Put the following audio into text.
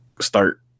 start